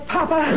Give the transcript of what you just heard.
Papa